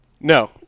No